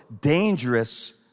dangerous